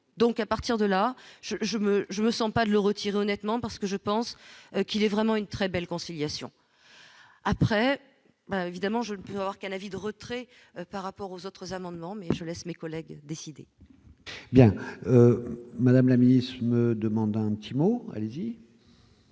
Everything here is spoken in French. donc à partir de là je je me, je ne me sens pas de le retirer, honnêtement, parce que je pense qu'il est vraiment une très belle conciliation après ben évidemment je ne peux or qu'un avis de retrait par rapport aux autres amendements mais je laisse mes collègues décidé. Bien, madame la milice me demande un petit mot, allez-y.